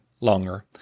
longer